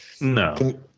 No